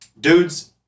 Dudes